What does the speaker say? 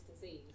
disease